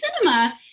cinema